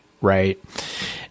Right